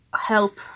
help